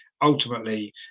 ultimately